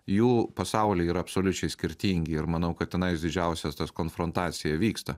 jų pasauliai yra absoliučiai skirtingi ir manau kad tenais didžiausias tas konfrontacija vyksta